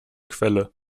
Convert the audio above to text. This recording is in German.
quelle